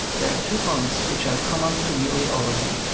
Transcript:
there are two points which are common to nearly all of them.